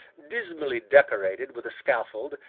dismally decorated with a scaffold,